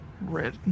Red